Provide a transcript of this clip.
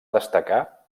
destacar